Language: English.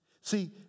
See